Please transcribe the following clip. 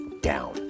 down